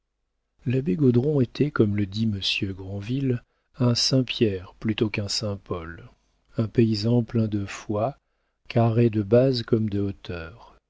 l'abbé gaudron était comme le dit monsieur de grandville un saint pierre plutôt qu'un saint paul un paysan plein de foi carré de base comme de hauteur